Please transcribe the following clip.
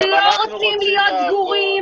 אנחנו לא רוצים להיות סגורים.